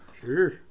Sure